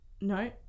no